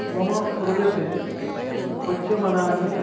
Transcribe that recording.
मम प्रदेशे पच्यमानानि